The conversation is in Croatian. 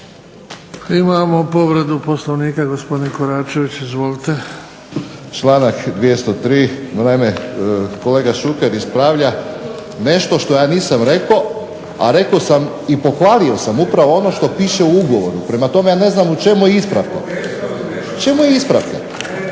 Imamo povredu Poslovnika, gospodin Koračević. Izvolite. **Koračević, Zlatko (HNS)** Članak 203. Ma naime kolega Šuker ispravlja nešto što ja nisam rekao, a rekao sam i pohvalio sam upravo ono što piše u ugovoru, prema tome ja ne znam čemu ispravka. Prema tome